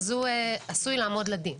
הוא עשוי לעמוד לדין.